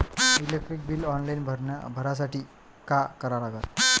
Electric bill online भरासाठी का करा लागन?